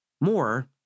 More